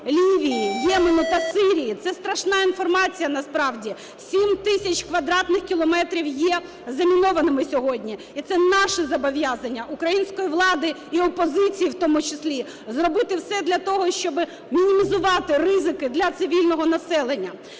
Лівії, Ємену та Сирії. Це страшна інформація насправді: 7 тисяч квадратних кілометрів є замінованими сьогодні. І це наше зобов'язання, української влади і опозиції в тому числі – зробити все для того, щоб мінімізувати ризики для цивільного населення.